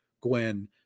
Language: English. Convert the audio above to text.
Gwen